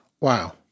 Wow